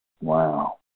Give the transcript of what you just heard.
Wow